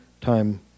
time